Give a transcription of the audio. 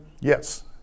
Yes